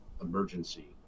emergency